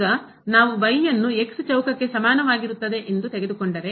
ಈಗ ನಾವು ಅನ್ನು ಚೌಕಕ್ಕೆ ಸಮಾನವಾಗಿರುತ್ತದೆ ಎಂದು ತೆಗೆದುಕೊಂಡರೆ